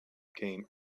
came